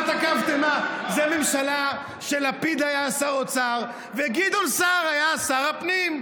זאת ממשלה שלפיד היה בה שר אוצר וגדעון סער היה שר הפנים.